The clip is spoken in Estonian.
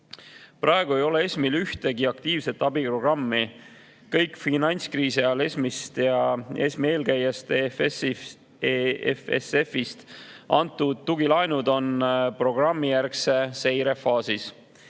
Praegu ei ole ESM‑il ühtegi aktiivset abiprogrammi. Kõik finantskriisi ajal ESM‑ist ja ESM‑i eelkäijast EFSF‑ist antud tugilaenud on programmijärgse seire faasis.